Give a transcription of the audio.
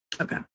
Okay